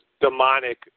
demonic